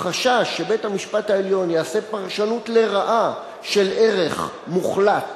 החשש שבית-המשפט העליון יעשה פרשנות לרעה של ערך מוחלט